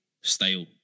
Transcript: style